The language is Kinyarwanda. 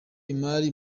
imari